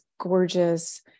gorgeous